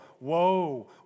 woe